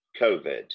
COVID